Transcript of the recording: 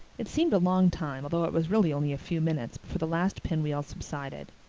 it seemed a long time, although it was really only a few minutes, before the last pinwheel subsided.